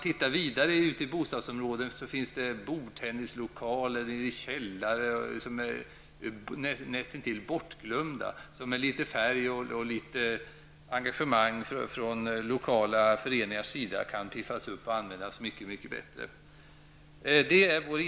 Ute i bostadsområdena finns det bordtennislokaler nere i källare som är näst intill bortglömda, som med litet färg och engagemang från lokala föreningars sida kan piffas upp och användas mycket bättre.